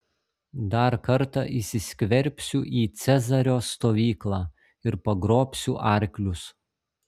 dar kartą įsiskverbsiu į cezario stovyklą ir pagrobsiu arklius